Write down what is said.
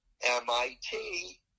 MIT